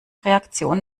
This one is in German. reaktion